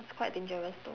it's quite dangerous though